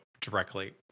directly